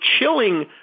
chilling